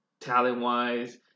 talent-wise